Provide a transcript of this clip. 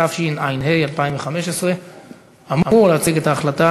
התשע"ה 2015. אמור להציג את ההחלטה